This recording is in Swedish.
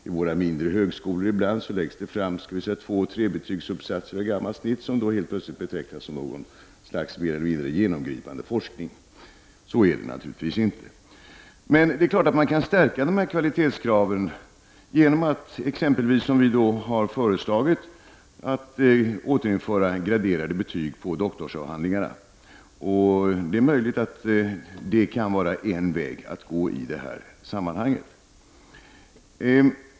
Vid våra mindre högskolor läggs det ibland fram tvåoch trebetygsuppsatser av gammalt snitt, som helt plötsligt betecknas som något slags mer eller mindre genomgripande forskning. Så är det naturligtvis inte. Det är klart att man kan tillgodose dessa krav på att stärka kvaliteten genom att exempelvis, som vi har föreslagit, återinföra graderade betyg på doktorsavhandlingarna. Det är möjligt att det kan vara en väg att gå i det här sammanhanget.